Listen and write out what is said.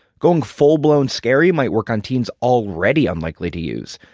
going full-blown scary might work on teens already unlikely to use.